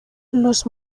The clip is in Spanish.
los